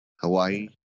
Hawaii